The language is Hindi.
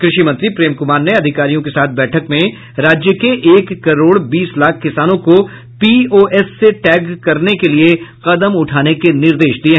कृषि मंत्री प्रेम कुमार ने अधिकारियों के साथ बैठक में राज्य के एक करोड़ बीस लाख किसानों को पीओएस से टैग करने के लिए कदम उठाने के निर्देश दिये